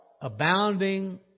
abounding